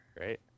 right